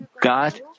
God